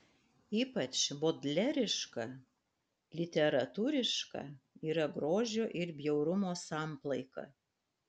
ypač bodleriška literatūriška yra grožio ir bjaurumo samplaika